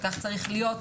וכך צריך להיות,